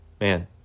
man